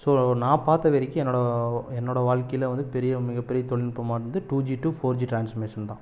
so நான் பார்த்த வரைக்கும் என்னோட என்னோட வாழ்க்கையில் வந்து பெரிய மிகப்பெரிய தொழில்நுட்பமானது two G to four G transformation தான்